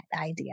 idea